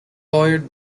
lawyer